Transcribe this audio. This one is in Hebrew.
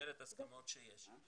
במסגרת ההסכמות שיש.